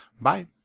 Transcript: Bye